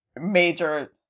major